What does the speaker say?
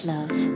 Love